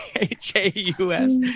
H-A-U-S